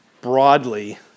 broadly